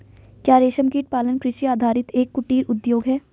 क्या रेशमकीट पालन कृषि आधारित एक कुटीर उद्योग है?